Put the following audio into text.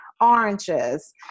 oranges